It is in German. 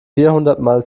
vierhundertmal